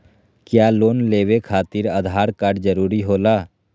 क्या लोन लेवे खातिर आधार कार्ड जरूरी होला?